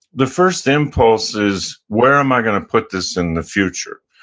the first impulse is, where am i going to put this in the future,